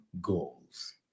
goals